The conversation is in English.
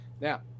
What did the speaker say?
Now